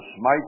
smite